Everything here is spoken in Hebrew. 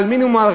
על מינימום,